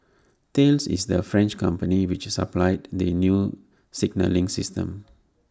Thales is the French company which supplied the new signalling system